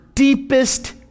deepest